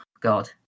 God